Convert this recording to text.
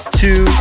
two